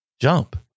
Jump